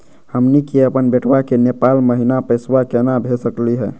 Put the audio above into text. हमनी के अपन बेटवा क नेपाल महिना पैसवा केना भेज सकली हे?